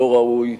לא ראוי.